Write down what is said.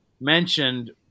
mentioned